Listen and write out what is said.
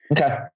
Okay